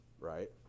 right